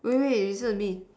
wait wait you listen to me